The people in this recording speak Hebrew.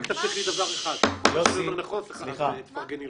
רק תבטיחי לי דבר אחד: --- תפרגני לנו.